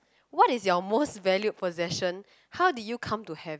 what is your most valued possession how did you come to have it